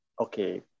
okay